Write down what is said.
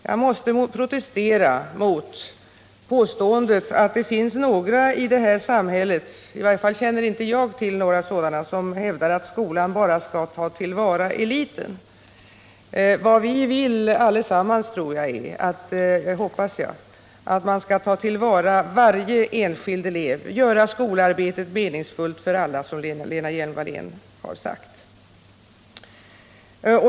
Jag måste protestera mot påståendet att det finns några i det här samhället — i varje fall känner inte jag till några — som hävdar att skolan bara skall ta till vara eliten. Vad vi vill allesamman, hoppas jag, är att man skall ta till vara varje enskild elev och göra skolarbetet meningsfullt för alla, som Lena Hjelm-Wallén har sagt.